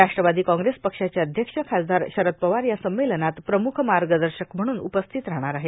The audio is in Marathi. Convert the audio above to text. राष्ट्रवादो काँग्रेस पक्षाचे अध्यक्ष खासदार शरद पवार या संमेलनात प्रम्ख मागदशक म्हणून उपस्थित राहणार आहेत